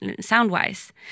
sound-wise